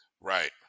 Right